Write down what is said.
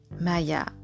Maya